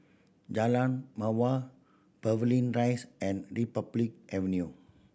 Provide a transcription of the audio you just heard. Jalan Mawar Pavilion Rise and Republic Avenue